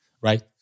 right